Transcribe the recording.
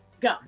go